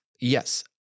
Yes